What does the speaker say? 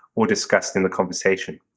or discussed in the conversation.